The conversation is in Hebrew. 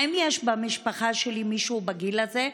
האם יש במשפחה שלי מישהו בגיל הזה?